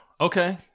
Okay